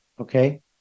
Okay